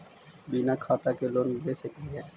बिना खाता के लोन ले सकली हे?